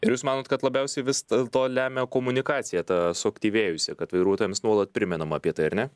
ir jūs manot kad labiausiai vis dėlto lemia komunikacija ta suaktyvėjusi kad vairuotojams nuolat primenama apie tai ar ne